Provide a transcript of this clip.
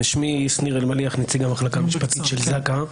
אני נציג המחלקה המשפטית של זק"א.